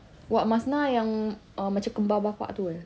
wak masnah yang macam kembar bapa tu ya